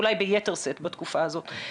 ואולי ביתר שאת בתקופה הזאת.